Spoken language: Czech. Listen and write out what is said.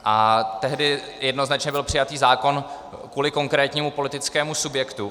A tehdy byl jednoznačně přijatý zákon kvůli konkrétnímu politickému subjektu.